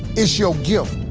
it's your gift.